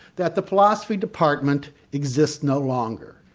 that the philosophy department exists no longer.